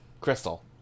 Crystal